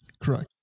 Correct